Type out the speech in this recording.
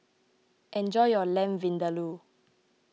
enjoy your Lamb Vindaloo